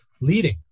leading